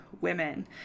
women